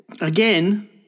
again